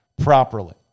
properly